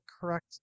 correct